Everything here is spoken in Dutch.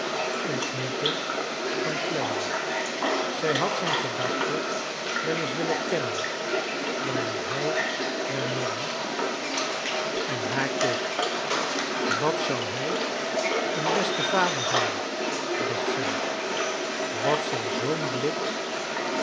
ontmoette van clennam zij had zijn gedachten wel eens willen kennen wanneer hij naar maggy en haar charles dickens keek wat zou hij een beste vader zijn dacht zij wat zou zoo'n blik